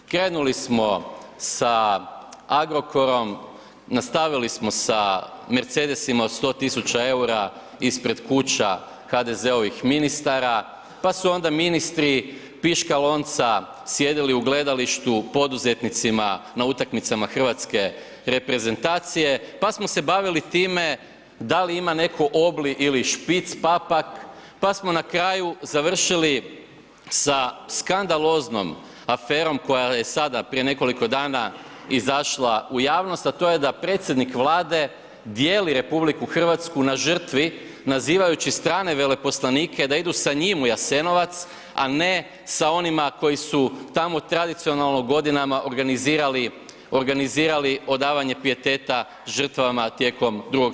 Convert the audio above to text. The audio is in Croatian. Krenuli smo sa Agrokorom, nastavili smo sa Mercedesima od 100 tisuća eura ispred kuća HDZ-ovih ministara pa su onda ministri piška-lonca sjedili u gledalištu poduzetnicima na utakmicama hrvatske reprezentacije pa smo se bavili time da li ima netko obli ili špic papak pa smo na kraju završili sa skandaloznom aferom koja je sada prije nekoliko dana izašla u javnost, a to je da predsjednik Vlade dijeli RH na žrtvi, nazivajući strane veleposlanike da idu sa njim u Jasenovac, a ne sa onima koji su tamo tradicionalno godinama organizirali odavanje pijeteta žrtvama tijekom II.